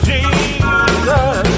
Jesus